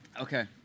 Okay